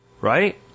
Right